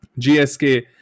GSK